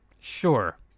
Sure